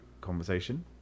conversation